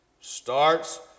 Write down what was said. starts